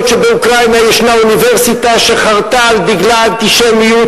שבאוקראינה יש אוניברסיטה שחרתה על דגלה אנטישמיות,